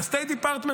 ל-State Department,